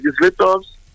legislators